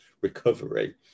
recovery